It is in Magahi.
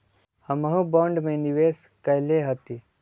हमहुँ बॉन्ड में निवेश कयले हती